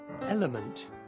element